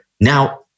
Now